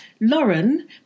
Lauren